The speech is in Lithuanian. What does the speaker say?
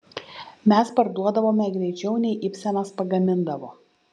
mes parduodavome greičiau nei ibsenas pagamindavo